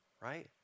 Right